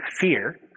fear